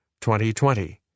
2020